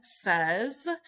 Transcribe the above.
says